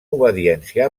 obediència